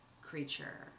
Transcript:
creature